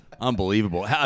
Unbelievable